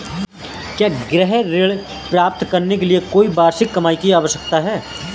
क्या गृह ऋण प्राप्त करने के लिए कोई वार्षिक कमाई की आवश्यकता है?